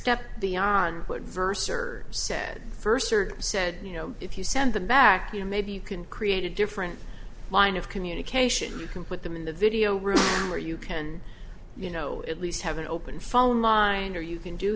what verse or said first or said you know if you send them back you know maybe you can create a different line of communication you can put them in the video room where you can you know at least have an open phone line or you can do